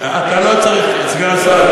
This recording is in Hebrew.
אתה לא צריך, סגן השר,